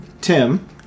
Tim